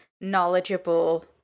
knowledgeable